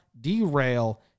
derail